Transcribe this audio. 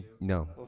No